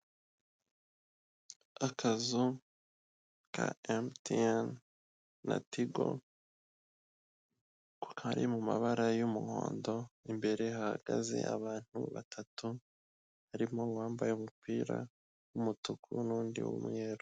Akazu ka MTN na TIGO kari mumabara y'umuhondo, imbere yako hahagaze abantu batatu harimo uwambaye umupira w'umutuku n'undi w'umweru.